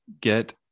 get